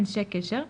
אנשי קשר,